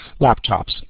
laptops